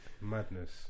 Madness